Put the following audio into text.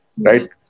right